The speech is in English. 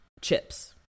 chips